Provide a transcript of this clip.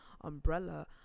umbrella